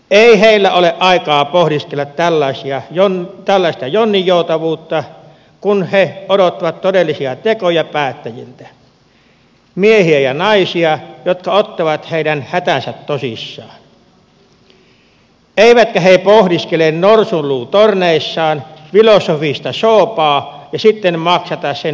ei heillä ole aikaa pohdiskella tällaista jonninjoutavuutta kun he odottavat todellisia tekoja päättäjiltä miehiltä ja naisilta jotka ottavat heidän hätänsä tosissaan eivätkä pohdiskele norsunluutorneissaan filosofista soopaa ja sitten maksata sitä huvia vielä kansalla